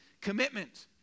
commitment